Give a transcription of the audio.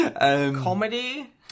comedy